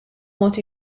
mod